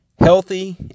Healthy